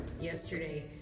yesterday